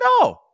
no